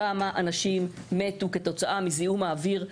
כמה אנשים מתו כתוצאה מזיהום האוויר.